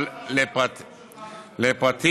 אני יכול לומר לך,